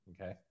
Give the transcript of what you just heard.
Okay